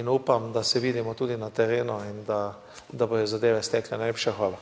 in upam, da se vidimo tudi na terenu in da bodo zadeve stekle. Najlepša hvala.